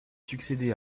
succédé